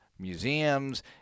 museums